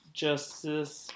justice